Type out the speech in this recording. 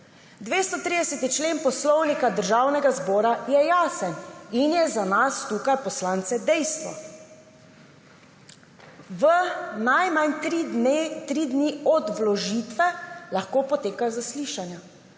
230. člen Poslovnika Državnega zbora je jasen in je za nas tukaj poslance dejstvo. Najmanj tri dni od vložitve lahko potekajo zaslišanja.